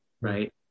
Right